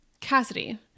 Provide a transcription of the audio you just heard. Cassidy